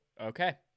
Okay